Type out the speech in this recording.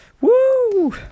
Woo